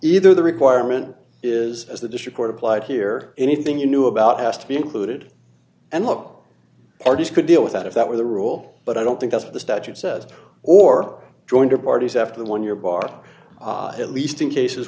either the requirement is as the district court applied here anything you knew about has to be included and look or do you could deal with that if that were the rule but i don't think that's what the statute says or joinder parties after the one year bar at least in cases